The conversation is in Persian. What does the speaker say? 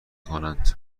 کنند